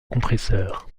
compresseur